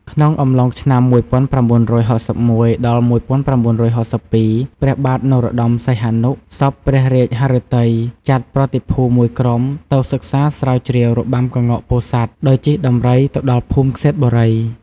ក្នុងអំឡុងឆ្នាំ ១៩៦១ ដល់ ១៩៦២ ព្រះបាទនរោត្ដម សីហនុ សព្វព្រះរាជហឫទ័យចាត់ប្រតិភូមួយក្រុមទៅសិក្សាស្រាវជ្រាវរបាំក្ងោកពោធិ៍សាត់ ដោយជិះដំរីទៅដល់ភូមិក្សេត្របុរី ។